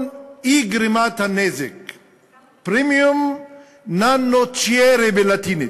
אי-גרימת נזק"; Primum non nocere בלטינית.